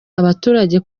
abaturage